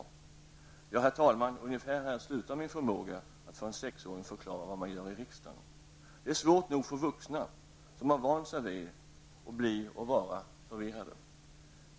Ja, herr talman, ungefär här slutade min förmåga att för en sexåring förklara vad vi gör i riksdagen. Det är svårt nog för vuxna som har vant sig vid att bli och vara förvirrade.